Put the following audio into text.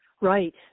right